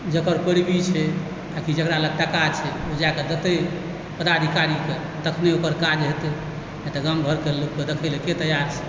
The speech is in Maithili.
जकर पैरबी छै आओर कि जकरा लग टाका छै ओ जाकऽ देतै पदाधिकारीके तऽ तखने ओकर काज हेतै नहि तऽ गाम घरके लोकके देखैलऽ के तैयार छै